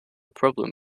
problem